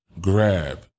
grab